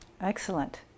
Excellent